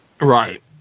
Right